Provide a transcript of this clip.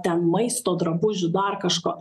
ten maisto drabužių dar kažko